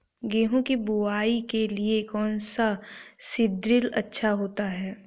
गेहूँ की बुवाई के लिए कौन सा सीद्रिल अच्छा होता है?